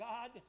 God